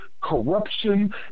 corruption